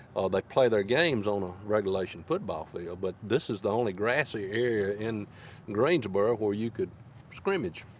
ah like play their games on a regulation football field, but this is the only grassy area in greensboro where you can scrimmage.